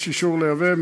יש אישור לייבא.